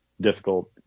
difficult